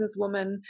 businesswoman